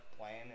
playing